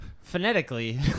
Phonetically